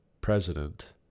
president